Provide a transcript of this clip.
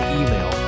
email